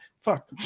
fuck